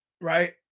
Right